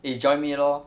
eh join me lor